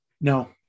No